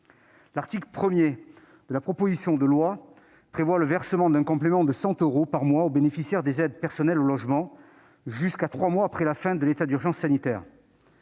L'article 1 de la proposition de loi prévoit le versement d'un complément de 100 euros par mois aux bénéficiaires des aides personnelles au logement jusqu'à trois mois après la fin de l'état d'urgence sanitaire.